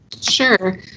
Sure